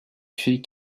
fait